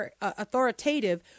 authoritative